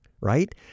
right